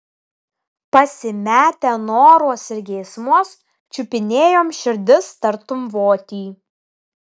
pasimetę noruos ir geismuos čiupinėjom širdis tartum votį